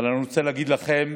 אבל אני רוצה להגיד לכם